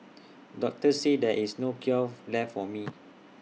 doctors said there is no cure left for me